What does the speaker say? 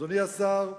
אדוני השר,